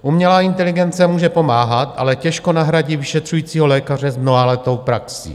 Umělá inteligence může pomáhat, ale těžko nahradí vyšetřujícího lékaře s mnohaletou praxí.